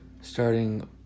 Starting